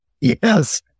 Yes